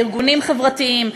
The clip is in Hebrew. בארגונים חברתיים,